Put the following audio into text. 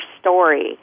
story